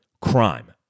crime